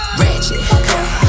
ratchet